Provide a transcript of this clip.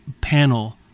panel